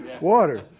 water